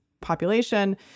population